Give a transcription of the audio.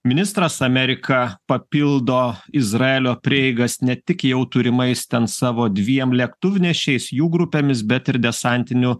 ministras amerika papildo izraelio prieigas ne tik jau turimais ten savo dviem lėktuvnešiais jų grupėmis bet ir desantiniu